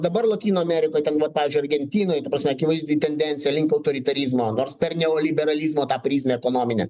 dabar lotynų amerikoj ten vat pavyzdžiui argentinoj ta prasme akivaizdi tendencija link autoritarizmo nors per neoliberalizmo prizmę ekonominę